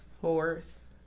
fourth